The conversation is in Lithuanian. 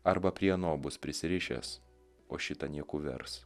arba prie ano bus prisirišęs o šitą nieku vers